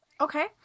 Okay